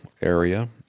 area